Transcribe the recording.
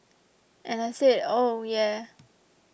and I said oh yeah